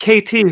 kt